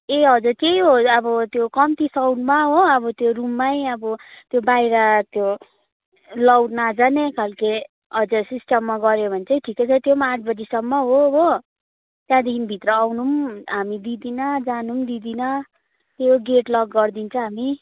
ए हजुर त्यही हो अब त्यो कम्ती साउन्डमा हो अब त्यो रुममै अब त्यो बाहिर त्यो लाउड नजाने खाल्के हजुर सिस्टममा गऱ्यो भने चाहिँ ठिकै छ त्यो पनि आठ बजीसम्म हो हो त्यहाँदेखि भित्र आउनु पनि हामी दिँदिन जानु पनि दिँदिन त्यो गेट लक गरिदिन्छ हामी